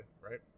right